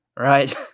Right